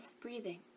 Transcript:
breathing